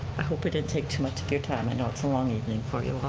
i hope we didn't take too much of your time. i know it's a long evening for you.